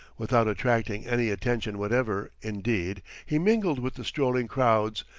without attracting any attention whatever indeed, he mingled with the strolling crowds,